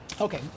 Okay